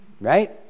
Right